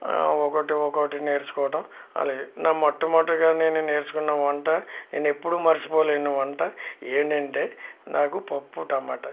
ఒక్కొక్కటి నేర్చుకోవడం అలా నా మొట్టమొదటిగా నేను నేర్చుకున్న వంట నేను ఎప్పుడు మర్చిపోలేని వంట ఏంటంటే నాకు పప్పు టమోట